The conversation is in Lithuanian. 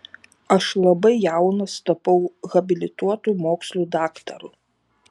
aš labai jaunas tapau habilituotu mokslų daktaru